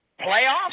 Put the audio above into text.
playoffs